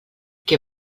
que